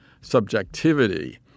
subjectivity